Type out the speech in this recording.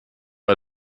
bei